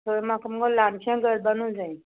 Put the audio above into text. थंय म्हाका मुगो ल्हानशें घर बानूं जाये